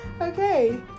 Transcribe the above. Okay